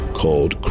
called